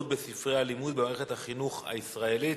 בספרי הלימוד במערכת החינוך הישראלית,